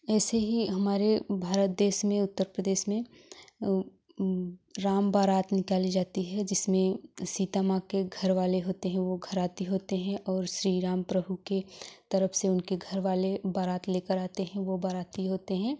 ऐसे ही हमारे भारत देश में उत्तर प्रदेश में राम बारात निकाली जाती है जिसमें सीता माँ के घर वाले होते हैं वो घराती होते हैं और श्री राम प्रभु के तरफ से उनके घर वाले बारात लेकर आते हैं वो बाराती होते हैं